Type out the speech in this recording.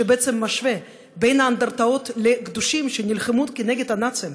שבעצם משווה בין האנדרטאות לקדושים שנלחמו נגד הנאצים,